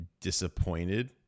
disappointed